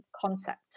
concept